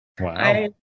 Wow